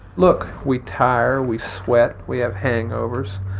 look we tire. we sweat. we have hangovers.